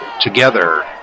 together